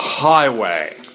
highway